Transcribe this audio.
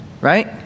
right